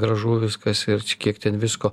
gražu viskas ir kiek ten visko